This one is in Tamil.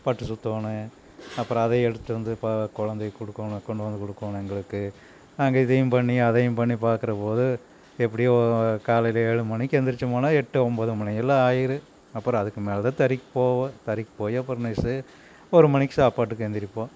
பட்டு சுத்தணும் அப்பறம் அதை எடுத்துட்டு வந்து ப குழந்தைக்கு குடுக்கணும் கொண்டு வந்து குடுக்கணும் எங்களுக்கு நாங்கள் இதையும் பண்ணி அதையும் பண்ணி பார்க்கறபோது எப்படியோ காலையில ஏழு மணிக்கு எந்திரிச்சி போனால் எட்டு ஒம்பது மணியில் ஆயிடும் அப்பறம் அதுக்கு மேலேதான் தறிக்கு போவோம் தறிக்கு போய் நெசே அப்பறம் ஒரு மணிக்கு சாப்பாட்டுக்கு எந்திரிப்போம்